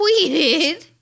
tweeted